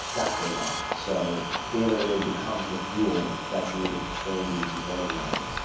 that goes up. so data really becomes the fuel that's needed to train these deep learning models.